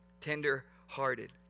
tender-hearted